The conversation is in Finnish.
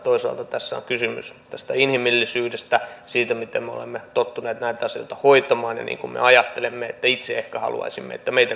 toisaalta tässä on kysymys tästä inhimillisyydestä siitä miten me olemme tottuneet näitä asioita hoitamaan ja niin kuin me ajattelemme että itse ehkä haluaisimme että meitä kohdeltaisiin